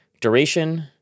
duration